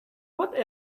what